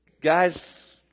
Guys